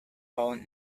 own